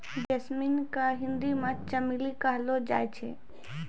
jasmine के हिंदी मे चमेली कहलो जाय छै